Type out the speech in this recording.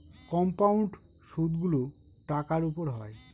compound সুদগুলো টাকার উপর হয়